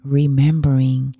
remembering